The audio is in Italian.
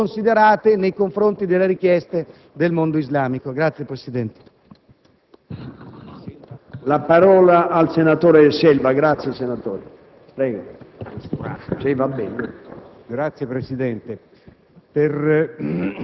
qualche volta cosı` sconsiderate, nei confronti delle richieste del mondo islamico. (Applausi